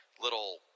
little